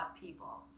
people